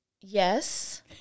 Yes